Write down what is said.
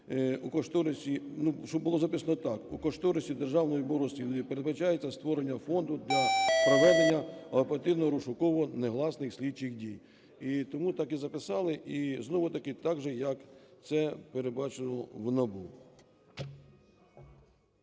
"У кошторисі Державного бюро розслідувань передбачається створення фонду для проведення оперативно-розшукових (негласних слідчих) дій". І тому так і записали, і знову-таки так же, як це передбачено в НАБУ.